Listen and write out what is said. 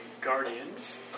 Guardians